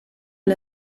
gli